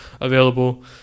available